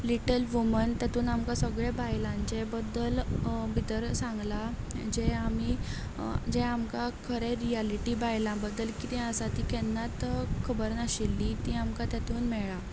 little women तेतून आमकां सगलें बायलांचें बद्दल भितर सांगलां जें आमी जें आमकां खरें रियालिटी बायलां बद्दल किदें आसा ती केन्नाच खबर नाशिल्ली ती आमकांं तेतून मेळ्ळां